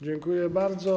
Dziękuję bardzo.